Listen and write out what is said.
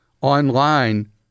online